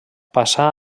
passà